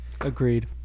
Agreed